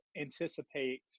anticipate